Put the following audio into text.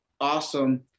awesome